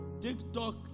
TikTok